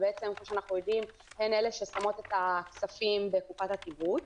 שכפי שאנחנו יודעים הן אלה ששמות את הכספים בקופת התמרוץ.